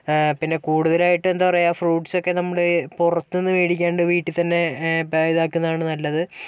പിന്നെ കൂടുതലായിട്ട് എന്താപറയുക ഫ്രൂട്ട്സൊക്കെ നമ്മള് പുറത്തുന്നു മേടിക്കാണ്ട് വീട്ടിൽ തന്നെ ഇതാക്കുന്നതാണ് നല്ലത്